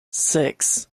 six